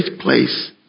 place